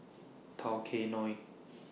Tao Kae Noi